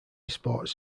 sports